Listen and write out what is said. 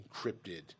encrypted